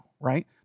right